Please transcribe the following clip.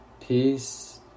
peace